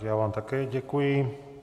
Já vám také děkuji.